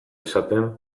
izaten